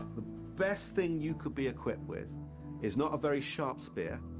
best thing you could be equipped with is not a very sharp spear.